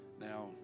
Now